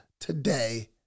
today